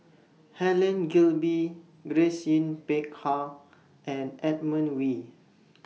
Helen Gilbey Grace Yin Peck Ha and Edmund Wee